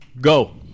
Go